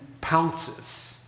pounces